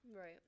Right